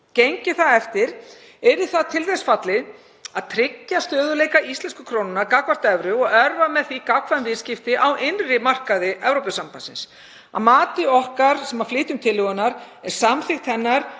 Gengi það eftir yrði það til þess fallið að tryggja stöðugleika íslensku krónunnar gagnvart evru og örva með því gagnkvæm viðskipti á innri markaði Evrópusambandsins. Að mati flutningsmanna tillögunnar er samþykkt hennar